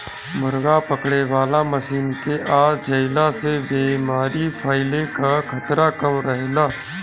मुर्गा पकड़े वाला मशीन के आ जईला से बेमारी फईले कअ खतरा कम रहेला